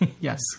Yes